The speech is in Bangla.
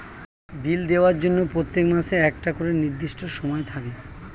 বিল দেওয়ার জন্য প্রত্যেক মাসে একটা করে নির্দিষ্ট সময় থাকে